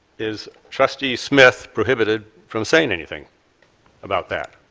is trustee smith prohibited from saying anything about that?